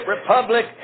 republic